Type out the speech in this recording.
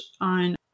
on